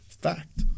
Fact